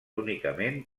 únicament